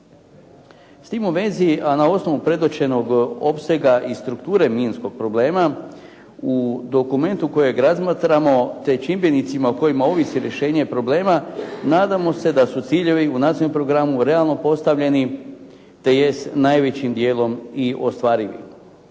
S tim u vezi, a na osnovu predočenog opsega i strukture minskog problema u dokumentu kojeg razmatramo, te čimbenicima o kojima ovisi rješenje problema. Nadamo se da su ciljevi u Nacionalnom programu realno postavljeni tj. najvećim dijelom i ostvarivi.